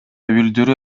билдирүү